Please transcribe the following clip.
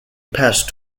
passed